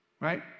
Right